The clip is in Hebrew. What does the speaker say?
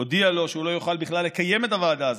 הודיע לו שהוא לא יוכל בכלל לקיים את הוועדה הזאת.